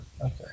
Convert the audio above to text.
Okay